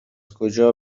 کجا